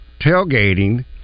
tailgating